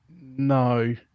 No